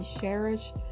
cherish